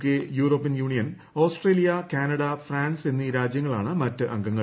K European Union Australia Canada France എന്നീ രാജ്യങ്ങളാണ് മറ്റ് അംഗങ്ങൾ